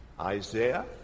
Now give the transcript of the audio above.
Isaiah